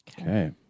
Okay